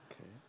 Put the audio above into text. Okay